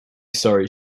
sorry